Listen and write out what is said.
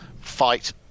fight